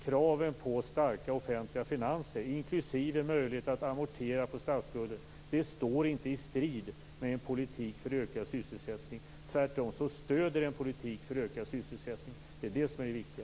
Kraven på starka offentliga finanser, inklusive möjlighet att amortera på statsskulden, står inte i strid med en politik för ökad sysselsättning. Tvärtom stöder det en politik för ökad sysselsättning. Det är det som är det viktiga.